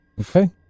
Okay